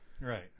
Right